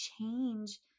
change